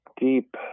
Deep